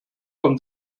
from